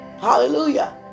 hallelujah